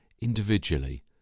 Individually